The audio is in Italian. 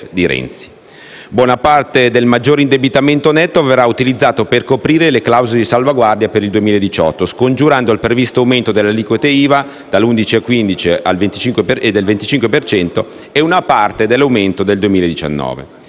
Buona parte del maggiore indebitamento netto verrà utilizzato per coprire le clausola di salvaguardia per il 2018, scongiurando il previsto aumento delle aliquote IVA all'11,5 e al 25 per cento, e una parte dell'aumento per il 2019.